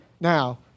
Now